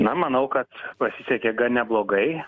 na manau kad pasisekė gan neblogai